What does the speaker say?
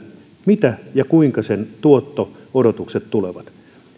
mitä ja kuinka sen tuotto odotukset tulevat olemaan